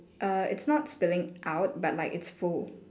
err it's not spilling out but like it's full